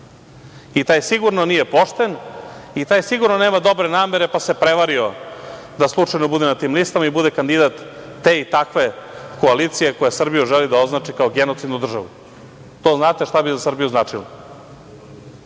i taj sigurno nije pošten i taj sigurno nema dobre namere, pa se prevario da slučajno bude na tim listama i bude kandidat te i takve koalicije koja Srbiju želi da označi kao genocidnu državu. To znate šta bi za Srbiju značilo.